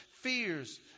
Fears